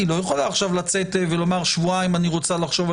היא לא יכולה לבקש לחשוב שבועיים על הסוגיה,